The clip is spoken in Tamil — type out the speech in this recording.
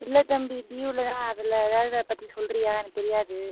இல்லை தம்பி டியூலலாம் அதில் எதாவது அதை பற்றி சொல்லுறியா எனக்கு தெரியாது